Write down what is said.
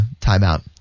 timeout